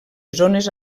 zones